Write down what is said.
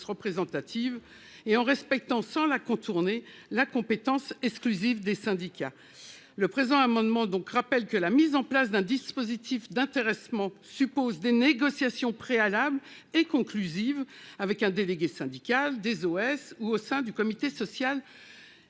représentatives, et à respecter sans la contourner la compétence exclusive des syndicats. Par le présent amendement, nous voulons rappeler que la mise en place d'un dispositif d'intéressement suppose des négociations préalables et conclusives avec un délégué syndical ou des organisations syndicales ou au sein du comité social et